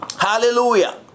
Hallelujah